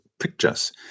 pictures